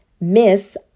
Miss